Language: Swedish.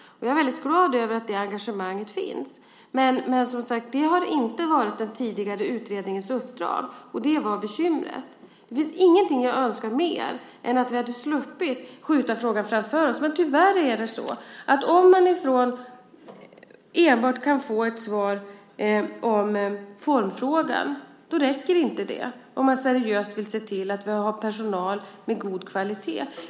Jag är väldigt glad över att det engagemanget finns. Men det har, som sagt var, inte varit den tidigare utredningens uppdrag, och det var bekymret. Det finns ingenting jag önskar mer än att vi hade sluppit skjuta frågan framför oss. Men tyvärr är det så att om man enbart kan få ett svar i formfrågan räcker inte det, om man seriöst vill se till att vi har personal med god kvalitet.